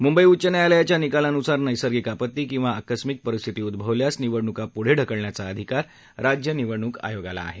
मुंबई उच्च न्यायालयाच्या निकालानुसार नैसर्गिक आपत्ती किवा आकस्मिक परिस्थिती उद्भवल्यास निवडणुका पुढे ढकलण्याचा अधिकार राज्य निवडणूक आयोगाला आहे